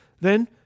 Then